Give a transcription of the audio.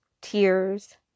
tears